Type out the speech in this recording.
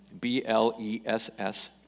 B-L-E-S-S